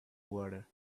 water